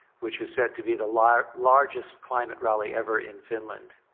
which was said to be the like largest climate rally ever in finland.